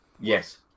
yes